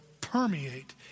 permeate